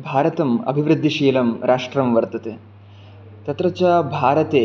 भारतम् अभिवृद्धिशीलं राष्ट्रं वर्तते तत्र च भारते